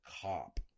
cop